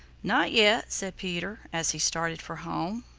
not yet, said peter, as he started for home.